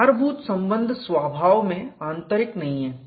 आधारभूत संबंध स्वभाव में आंतरिक नहीं हैं